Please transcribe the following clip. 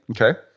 Okay